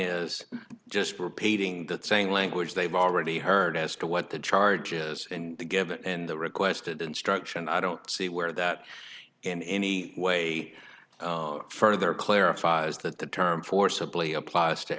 is just repeating that same language they've already heard as to what the charges and to give and the requested instruction i don't see where that in any way further clarifies that the term forcibly applies to